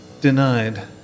denied